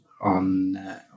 on